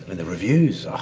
and the reviews.